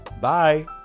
Bye